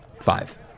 Five